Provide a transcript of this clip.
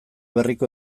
berriko